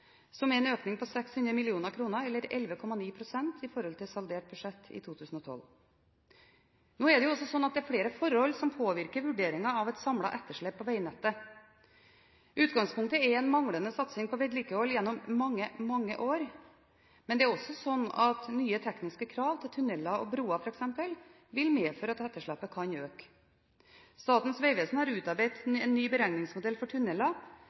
som er en økning på 600 mill. kr – eller 11,9 pst. – i forhold til saldert budsjett i 2012. Det er flere forhold som påvirker vurderingen av et samlet etterslep på veinettet. Utgangspunktet er en manglende satsing på vedlikehold gjennom mange, mange år. Det er også slik at nye tekniske krav til tunneler og broer, f.eks., vil medføre at etterslepet kan øke. Statens vegvesen har utarbeidet en ny beregningsmodell for